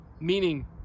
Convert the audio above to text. meaning